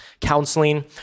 counseling